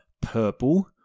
purple